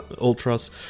Ultras